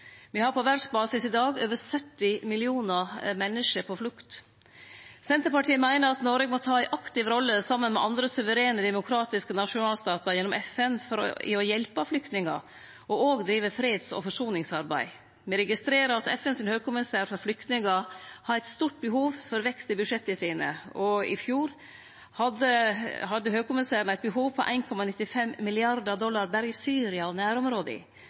Me har på verdsbasis i dag over 70 millionar menneske på flukt. Senterpartiet meiner at Noreg må, gjennom FN, saman med andre suverene demokratiske nasjonalstatar, ta ei aktiv rolle i å hjelpe flyktningar og òg drive freds- og forsoningsarbeid. Me registrerer at FNs høgkommissær for flyktningar har eit stort behov for vekst i budsjetta sine, og i fjor hadde høgkommissæren eit behov på 1,95 mrd. dollar berre i Syria og